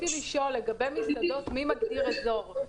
לגבי מסעדות, מי מגדיר אזור?